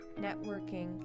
networking